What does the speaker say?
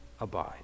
abide